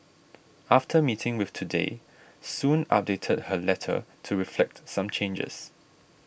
after meeting with Today Soon updated her letter to reflect some changes